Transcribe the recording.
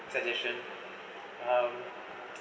suggestion um